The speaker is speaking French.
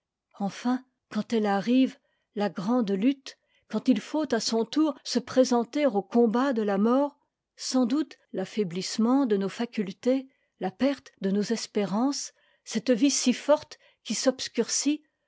enfin quand elle arrive la grande lutte quand il faut à son tour se présenter au combat de la mort sans doute l'affaiblissement de nos facultés la perte de nos espérances cette vie si forte qui s'obscurcit